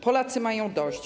Polacy mają dość.